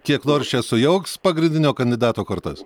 kiek nors čia sujauks pagrindinio kandidato kortas